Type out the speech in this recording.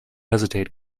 hesitate